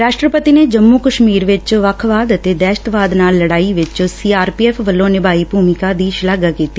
ਰਾਸ਼ਟਰਪਤੀ ਨੇ ਜੰਮੂ ਕਸ਼ਮੀਰ ਵਿਚ ਵੱਖਵਾਦ ਅਤੇ ਦਹਿਸ਼ਤਵਾਦ ਨਾਲ ਲੜਾਈ ਵਿਚ ਸੀ ਆਰ ਪੀ ਐਫ਼ ਵੱਲੋਂ ਨਿਭਾਈ ਭੂਮਿਕਾ ਦੀ ਸ਼ਾਲਾਘਾ ਕੀਤੀ